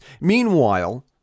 Meanwhile